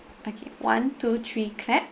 okay one two three clap